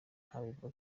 ntabivuga